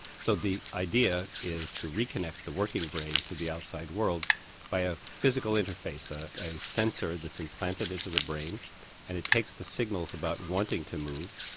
so the idea is to reconnect the working brain to the outside world by a physical interface, ah a sensor that's implanted into the brain and it takes the signals about wanting to move,